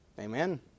Amen